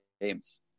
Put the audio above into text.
games